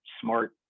smart